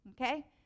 Okay